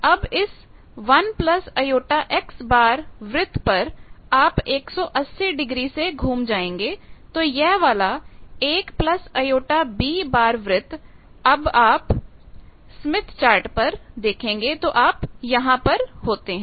अब इस 1 j X वृत्त पर आप 180 डिग्री से घूम जाएंगे तो यह वाला 1 jBवृत्त जब आप स्मिथ चार्ट पर देखेंगे तो आप यहां पर होते हैं